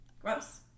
Gross